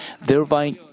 thereby